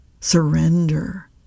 surrender